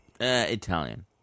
Italian